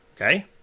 Okay